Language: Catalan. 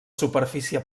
superfície